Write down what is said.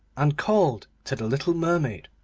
and called to the little mermaid.